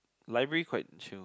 library quite chill